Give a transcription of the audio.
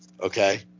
Okay